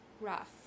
rough